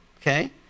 Okay